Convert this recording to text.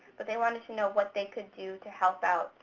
but they wanted to know what they could do to help out.